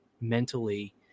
mentally